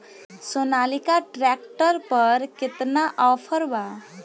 Sonalika tractor पर केतना offer बा?